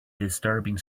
disturbing